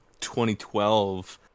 2012